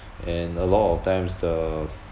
and a lot of times the